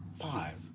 Five